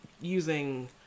using